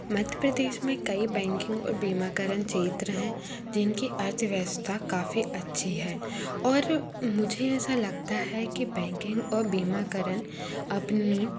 मध्य प्रदेश में कई बैंकिंग और बीमाकरण क्षेत्र हैं जिनकी अर्थव्यवस्था काफ़ी अच्छी है और मुझे ऐसा लगता है कि बैंकिंग और बीमाकरण अपनी